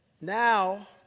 Now